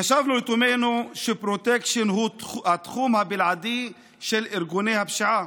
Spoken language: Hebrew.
חשבנו לתומנו שפרוטקשן הוא התחום הבלעדי של ארגוני הפשיעה.